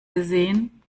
gesehen